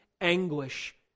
anguish